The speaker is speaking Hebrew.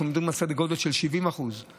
אנחנו עומדים על סדר גודל של 70% 70%